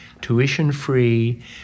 tuition-free